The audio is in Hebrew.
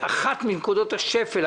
אחת מנקודות השפל.